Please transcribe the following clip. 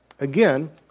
Again